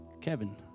Kevin